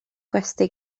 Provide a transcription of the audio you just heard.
gwesty